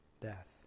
death